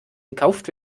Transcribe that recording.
gekauft